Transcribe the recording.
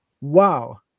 wow